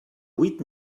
huit